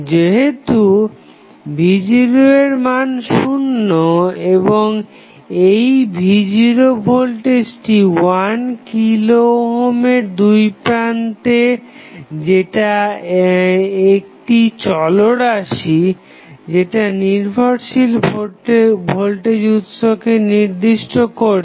যেহেতু v0 এর মান শুন্য এবং এই v0 ভোল্টেজটি 1 কিলো ওহমের দুইপ্রান্তে যেটা একটি চলরাশি যেটা নির্ভরশীল ভোল্টেজ উৎসকে নির্দিষ্ট করছে